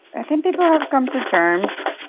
i think people have come to terms.